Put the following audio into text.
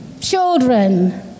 Children